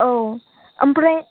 औ ओमफ्राय